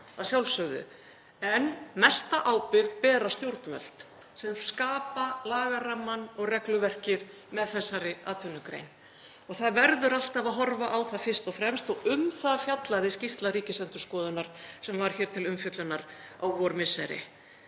að sjálfsögðu, en mesta ábyrgð bera stjórnvöld sem skapa lagarammann og regluverkið með þessari atvinnugrein og það verður alltaf að horfa á það fyrst og fremst. Um það fjallaði skýrsla Ríkisendurskoðunar sem var hér til umfjöllunar á vormisseri.